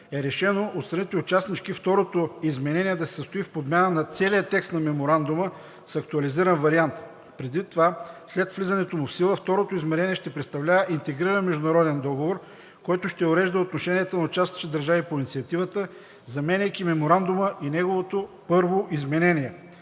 е решено от страните участнички Второто изменение да се състои в подмяна на целия текст на Меморандума с актуализиран вариант. Предвид това, след влизането му в сила Второто изменение ще представлява Интегриран международен договор, който ще урежда отношенията на участващите държави по инициативата, заменяйки Меморандума и неговото Първо изменение.